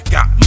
Got